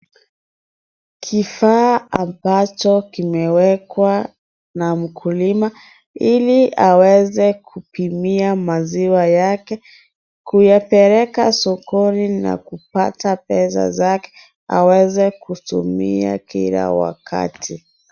Kifaa ambacho kimewekwa na mkulima ili aweze kupimia maziwa yake kuyapeleka sokoni na kupata pesa zake aweze kutumia kila wakati.